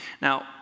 Now